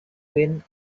twin